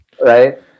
right